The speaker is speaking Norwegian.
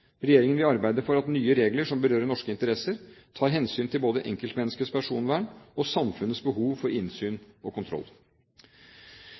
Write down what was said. Regjeringen vil arbeide for at nye regler som berører norske interesser, tar hensyn til både enkeltmenneskets personvern og samfunnets behov for